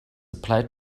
applied